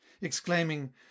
exclaiming